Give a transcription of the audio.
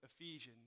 Ephesians